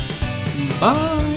Bye